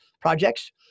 projects